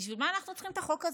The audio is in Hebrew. בשביל מה אנחנו צריכים את החוק הזה?